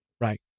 Right